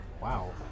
wow